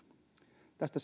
tästä